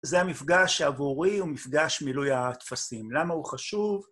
זה המפגש עבורי, הוא מפגש מילוי הטפסים. למה הוא חשוב?